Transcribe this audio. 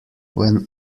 when